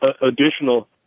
additional